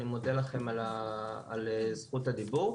אני מודה לכם על זכות הדיבור,